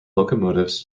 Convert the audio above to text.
locomotives